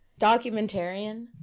documentarian